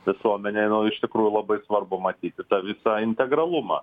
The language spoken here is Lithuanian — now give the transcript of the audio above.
visuomenei nu iš tikrųjų labai svarbu matyti tą visą integralumą